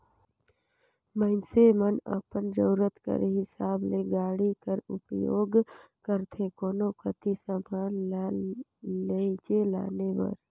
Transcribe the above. मइनसे मन अपन जरूरत कर हिसाब ले गाड़ी कर उपियोग करथे कोनो कती समान ल लेइजे लाने बर